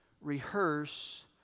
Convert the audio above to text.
rehearse